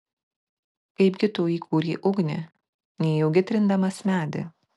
kaipgi tu įkūrei ugnį nejaugi trindamas medį